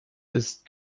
ist